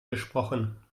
gesprochen